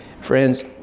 Friends